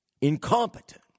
incompetent